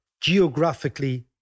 geographically